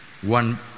one